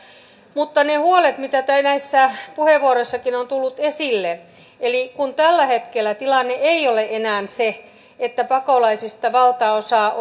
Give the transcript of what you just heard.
mutta kun näissä puheenvuoroissakin on tullut esille niitä huolia siitä että tällä hetkellä tilanne ei ole enää se että pakolaisista valtaosa